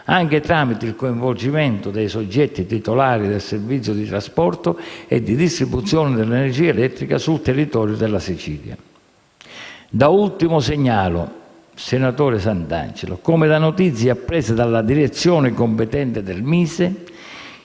anche tramite il coinvolgimento dei soggetti titolari del servizio di trasporto e di distribuzione dell'energia elettrica sul territorio della Sicilia. Da ultimo segnalo, senatore Santangelo, come da notizie apprese dalla direzione competente del Ministero